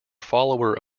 follower